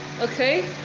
okay